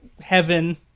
heaven